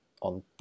on